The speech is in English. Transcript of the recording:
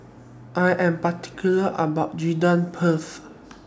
I Am particular about Gudeg Putih